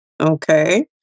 okay